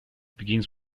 begins